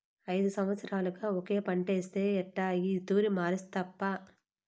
ఐదు సంవత్సరాలుగా ఒకే పంటేస్తే ఎట్టా ఈ తూరి మార్సప్పా